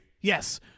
yes